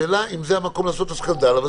השאלה אם זה המקום לעשות את הסקנדל, אבל ננסה.